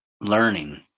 learning